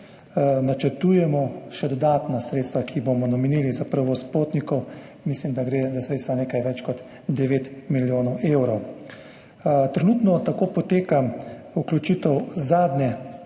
načrtujemo še dodatna sredstva, ki jih bomo namenili za prevoz potnikov, mislim, da gre za nekaj več kot 9 milijonov evrov sredstev. Trenutno poteka vključitev zadnjih